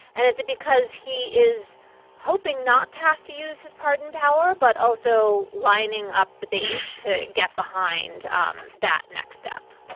and is it because he is hoping not to have to use his pardon power, but also lining up the base to get behind um that next step?